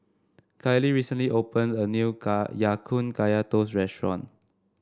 Kellie recently opened a new Ya Kun Kaya Toast restaurant